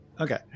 okay